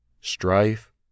Strife